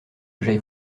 j’aille